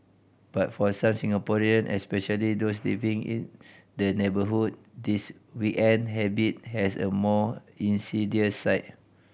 but for such Singaporean especially those living in the neighbourhood this weekend habit has a more insidious side